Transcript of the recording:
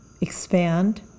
expand